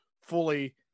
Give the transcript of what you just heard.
fully